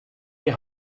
die